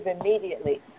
immediately